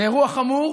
זה אירוע חמור